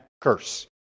curse